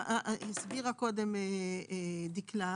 הסבירה קודם דקלה,